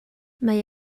mae